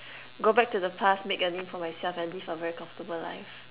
go back to the past make a name for myself and live a very comfortable life